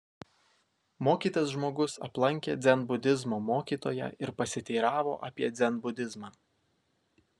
mokytas žmogus aplankė dzenbudizmo mokytoją ir pasiteiravo apie dzenbudizmą